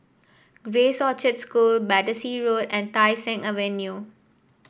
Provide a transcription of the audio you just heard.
Grace Orchard School Battersea Road and Tai Seng Avenue